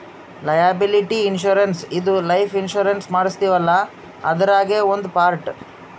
liability insurance ಇದು life insurance ಮಾಡಸ್ತೀವಲ್ಲ ಅದ್ರಾಗೇ ಒಂದ್ ಪಾರ್ಟ್